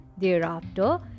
Thereafter